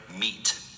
Meet